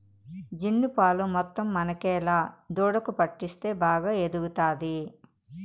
జున్ను పాలు మొత్తం మనకేలా దూడకు పట్టిస్తే బాగా ఎదుగుతాది